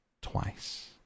twice